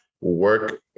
work